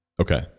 Okay